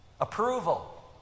approval